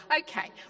Okay